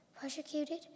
persecuted